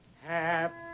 Happy